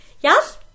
Yes